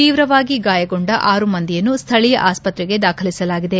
ತೀವ್ರವಾಗಿ ಗಾಯಗೊಂಡ ಆರು ಮಂದಿಯನ್ನು ಸ್ಥಳೀಯ ಆಸ್ಪತ್ರೆಗೆ ದಾಖಲಿಸಲಾಗಿದೆ